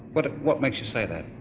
what what makes you say that?